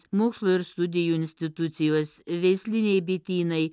mokslo ir studijų institucijos veisliniai bitynai